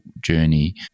journey